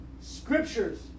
scriptures